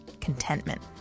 contentment